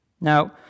Now